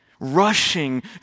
rushing